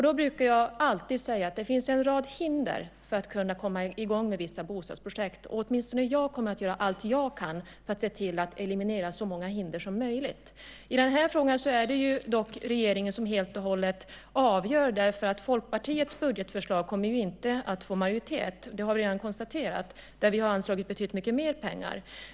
Då brukar jag säga: Det finns en rad hinder för att kunna komma i gång med vissa bostadsprojekt. Åtminstone jag kommer att göra allt jag kan för att se till att eliminera så många hinder som möjligt. I den här frågan är det dock regeringen som helt och hållet fäller avgörandet. Folkpartiets budgetförslag kommer ju inte att få majoritet, men där har vi anslagit betydligt mycket mer pengar.